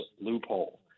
loophole